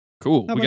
Cool